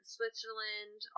Switzerland